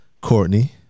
Courtney